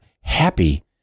happy